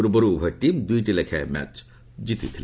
ପୂର୍ବରୁ ଉଭୟ ଟିମ୍ ଦୁଇଟି ଲେଖାଏଁ ମ୍ୟାଚ୍ ଜିତିଥିଲେ